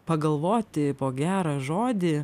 pagalvoti po gerą žodį